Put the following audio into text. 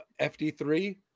FD3